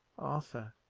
arthur,